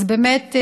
באמת,